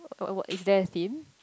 what what is there a theme